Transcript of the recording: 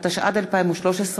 התשע"ד 2013,